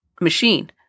machine